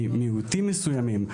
ממיעוטים מסוימים,